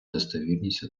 достовірність